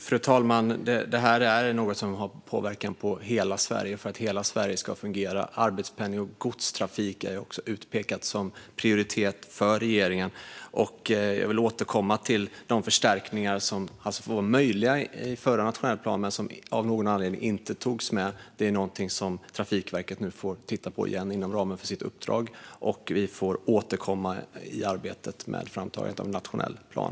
Fru talman! Detta är någonting som har påverkan på hela Sverige för att hela Sverige ska fungera. Arbetspendling och godstrafik är också utpekade som prioriterade för regeringen. Jag vill återkomma till de förstärkningar som var möjliga i den förra nationella planen men som av någon anledning inte togs med. Det är någonting som Trafikverket nu får titta på igen inom ramen för sitt uppdrag. Och vi får återkomma när det gäller arbetet med framtagandet av en nationell plan.